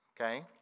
Okay